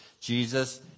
Jesus